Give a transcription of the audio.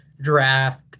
draft